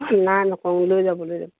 নাই নকওঁ লৈ যাব লৈ যাব